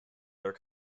their